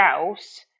else